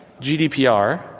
GDPR